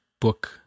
book